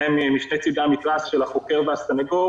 שניהם משני צדי המתרס של החוקר והסניגור